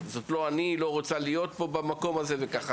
אנחנו עושים זאת דרך בתי המשפט ודרך הפרקליטות.